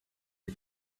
les